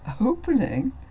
opening